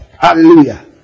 Hallelujah